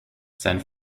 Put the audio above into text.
sein